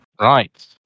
Right